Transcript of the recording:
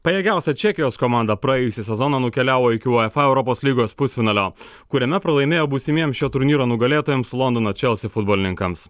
pajėgiausia čekijos komanda praėjusį sezoną nukeliavo iki uefa europos lygos pusfinalio kuriame pralaimėjo būsimiems šio turnyro nugalėtojams londono chelsea futbolininkams